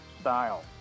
style